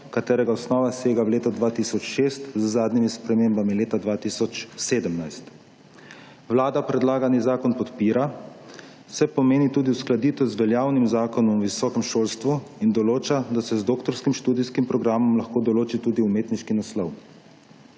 katerega osnova sega v leto 2006 z zadnjimi spremembami leta 2017. Vlada predlagani zakon podpira, saj pomeni tudi uskladitev z veljavnim Zakonom o visokem šolstvu in določa, da se z doktorskim študijskim programom lahko določi tudi umetniški naslov.